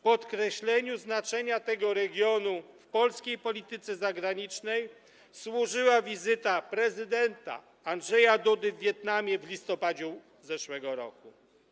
Podkreśleniu znaczenia tego regionu w polskiej polityce zagranicznej służyła wizyta prezydenta Andrzeja Dudy w Wietnamie w listopadzie zeszłego roku.